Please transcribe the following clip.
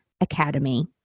Academy